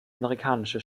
amerikanische